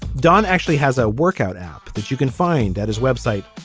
don actually has a workout app that you can find at his website.